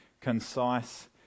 concise